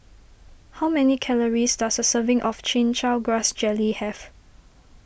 how many calories does a serving of Chin Chow Grass Jelly have